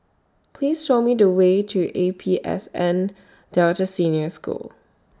Please Show Me The Way to A P S N Delta Senior School